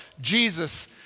Jesus